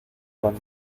con